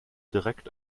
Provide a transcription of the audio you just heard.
direkt